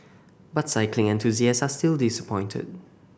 but cycling enthusiasts are still disappointed